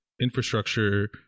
infrastructure